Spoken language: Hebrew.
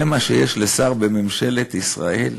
זה מה שיש לשר בממשלת ישראל?